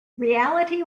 reality